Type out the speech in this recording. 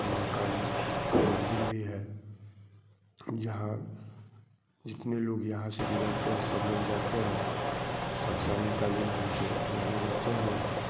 माँ काली का मंदिर भी है जितने लोग यहाँ से गुज़रते हैं सब लोग जाते हैं शंसहानी काली नाम से जानी जाते हैं वहाँ